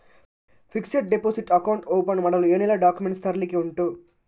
Fixed deposit account open ಮಾಡಲು ಏನೆಲ್ಲಾ documents ತರ್ಲಿಕ್ಕೆ ಉಂಟು?